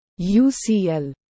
UCL